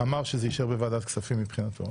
אמר שזה יישאר בוועדת הכספים מבחינתו.